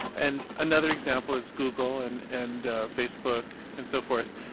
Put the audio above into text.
and another example is google and and facebook and so forth.